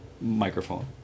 microphone